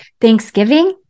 thanksgiving